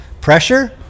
pressure